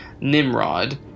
Nimrod